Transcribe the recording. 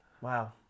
Wow